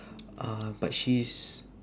uh but she's